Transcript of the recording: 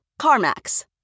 CarMax